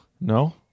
No